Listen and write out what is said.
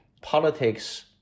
politics